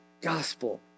gospel